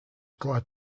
glad